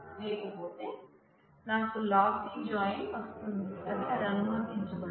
లేకపోతే నాకు lossy join వస్తుంది అది అనుమతించబడదు